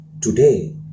today